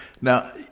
Now